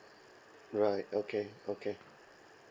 right okay okay